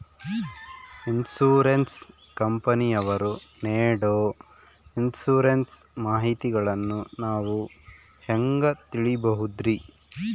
Insurance ಕಂಪನಿಯವರು ನೇಡೊ insurance ಮಾಹಿತಿಗಳನ್ನು ನಾವು ಹೆಂಗ ತಿಳಿಬಹುದ್ರಿ?